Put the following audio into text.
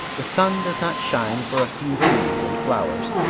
the sun does not shine for a few trees and flowers,